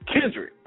Kendrick